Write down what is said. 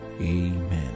Amen